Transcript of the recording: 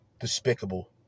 Despicable